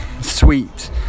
sweet